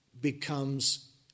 becomes